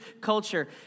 culture